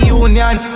union